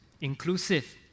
inclusive